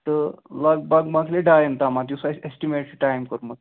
تہٕ لگ بگ مکلہِ ڈایَن تامَتھ یُس اَسہِ اٮ۪سٹِمیٹ چھُ ٹایِم کوٚرمُت